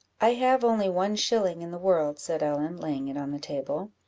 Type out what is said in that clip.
i have only one shilling in the world, said ellen, laying it on the table.